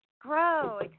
Grow